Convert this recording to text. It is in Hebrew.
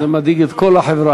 זה מדאיג את כל החברה.